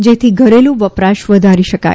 જેથી ઘરેલુ વપરાશ વધારી શકાય